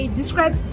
describe